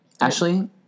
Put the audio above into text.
Ashley